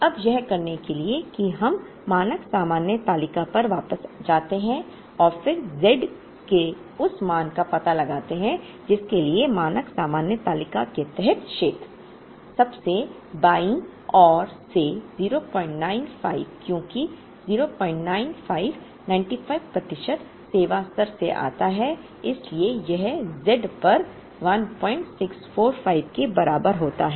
अब यह करने के लिए कि हम मानक सामान्य तालिका पर वापस जाते हैं और फिर z के उस मान का पता लगाते हैं जिसके लिए मानक सामान्य तालिका के तहत क्षेत्र सबसे बाईं ओर से 095 क्योंकि 095 95 प्रतिशत सेवा स्तर से आता है इसलिए यह z पर 1645 के बराबर होता है